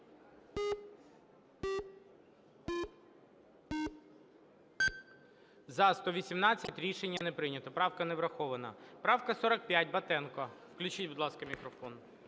За-118 Рішення не прийнято. Правка не врахована. Правка 45, Батенко. Включіть, будь ласка, мікрофон.